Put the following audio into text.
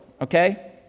okay